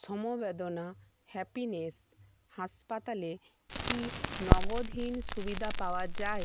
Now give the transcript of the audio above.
সমবেদনা হ্যাপিনেস হাসপাতালে কি নগদহীন সুবিধা পাওয়া যায়